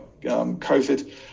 COVID